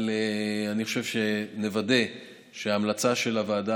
אבל אני חושב שנוודא שההמלצה של הוועדה